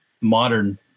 modern